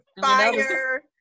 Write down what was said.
fire